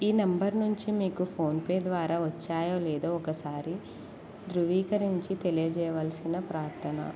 ఈ నంబర్ నుంచి మీకు ఫోన్పే ద్వారా వచ్చాయో లేదో ఒకసారి ధృవీకరించి తెలియజేవలసిన ప్రార్థన